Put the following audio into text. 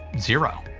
zero.